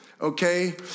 okay